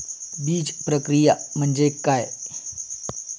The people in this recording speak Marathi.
बीजप्रक्रिया म्हणजे काय?